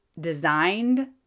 designed